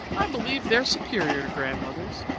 i believe they're superior to grandmothers.